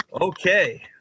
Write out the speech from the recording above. Okay